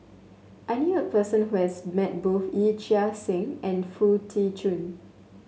I knew a person who has met both Yee Chia Hsing and Foo Tee Jun